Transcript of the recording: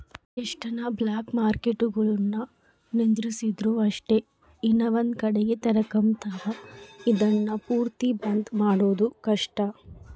ಎಷ್ಟನ ಬ್ಲಾಕ್ಮಾರ್ಕೆಟ್ಗುಳುನ್ನ ನಿಂದಿರ್ಸಿದ್ರು ಅಷ್ಟೇ ಇನವಂದ್ ಕಡಿಗೆ ತೆರಕಂಬ್ತಾವ, ಇದುನ್ನ ಪೂರ್ತಿ ಬಂದ್ ಮಾಡೋದು ಕಷ್ಟ